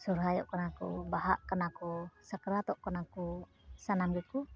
ᱥᱚᱨᱦᱟᱭᱚᱜ ᱠᱟᱱᱟ ᱠᱚ ᱵᱟᱦᱟᱜ ᱠᱟᱱᱟ ᱠᱚ ᱥᱟᱠᱨᱟᱛᱚᱜ ᱠᱟᱱᱟ ᱠᱚ ᱥᱟᱱᱟᱢ ᱜᱮᱠᱚ